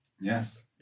Yes